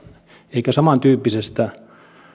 elikkä samantyyppisestä